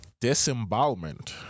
disembowelment